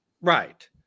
Right